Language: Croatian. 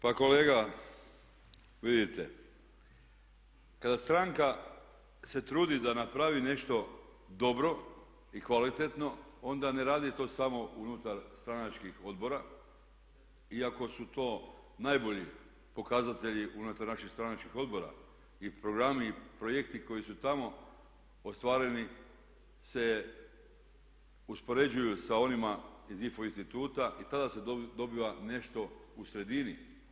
Pa kolega vidite kada stranka se trudi da napravi nešto dobro i kvalitetno onda ne radi to samo unutar stranačkih odbora iako su to najbolji pokazatelji unutar naših stranačkih odbora i programi i projekti koji su tamo ostvareni se uspoređuju sa onima iz IFO instituta i tada se dobiva nešto u sredini.